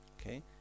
Okay